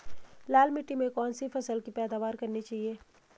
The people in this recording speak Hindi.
लाल मिट्टी में कौन सी फसल की पैदावार करनी चाहिए?